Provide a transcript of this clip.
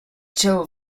chao